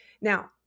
Now